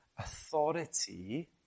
Authority